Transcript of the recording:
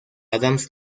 adams